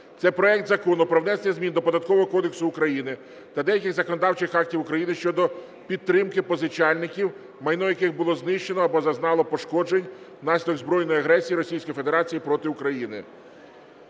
це проект Закону про внесення змін до Податкового кодексу України та деяких законодавчих актів України щодо підтримки позичальників, майно яких було знищено або зазнало пошкоджень внаслідок збройної агресії російської федерації проти України.